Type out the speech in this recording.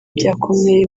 byakomeye